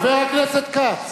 חבר הכנסת כץ,